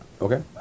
Okay